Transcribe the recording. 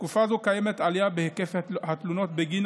בתקופה זו קיימת עלייה בהיקף התלונות בגין